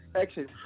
Action